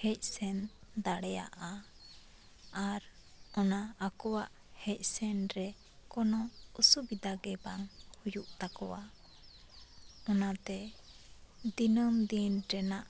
ᱦᱮᱡ ᱥᱮᱱ ᱫᱟᱲᱮᱭᱟᱜᱼᱟ ᱟᱨ ᱚᱱᱟ ᱟᱠᱚᱣᱟᱜ ᱦᱮᱡ ᱥᱮᱱᱨᱮ ᱠᱳᱱᱳ ᱥᱩᱵᱤᱫᱷᱟᱜᱮ ᱵᱟᱝ ᱦᱩᱭᱩᱜ ᱛᱟᱠᱚᱣᱟ ᱚᱱᱟᱛᱮ ᱫᱤᱱᱟᱹᱢ ᱫᱤᱱ ᱨᱮᱱᱟᱜ